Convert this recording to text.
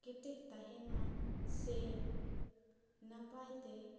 ᱠᱮᱴᱮᱡ ᱛᱟᱦᱮᱱ ᱢᱟ ᱥᱮ ᱱᱟᱯᱟᱭ ᱛᱮ